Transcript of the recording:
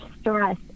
stress